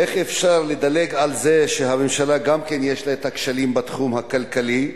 איך אפשר לדלג על זה שהממשלה יש לה גם כשלים בתחום הכלכלי?